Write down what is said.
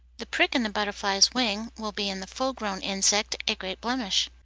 the prick in the butterfly's wing will be in the full-grown insect a great blemish.